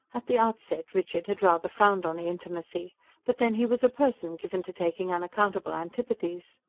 at the outset richard had rather frowned on the intimacy but then he was a person given to taking unaccountable antipathies.